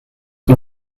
gen